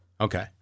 Okay